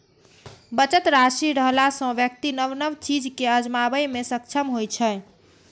बचत राशि रहला सं व्यक्ति नव नव चीज कें आजमाबै मे सक्षम होइ छै